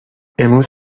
امروز